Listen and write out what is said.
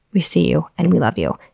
we see you and we love you.